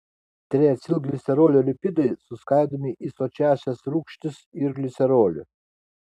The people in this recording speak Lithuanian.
triacilglicerolio lipidai suskaidomi į sočiąsias rūgštis ir glicerolį